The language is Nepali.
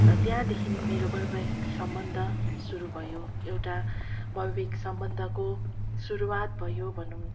र त्यहाँदेखि मेरो वैवाहिक सम्बन्ध सुरु भयो एउटा वैवाहिक सम्बन्धको सुरुआत भयो भनौँ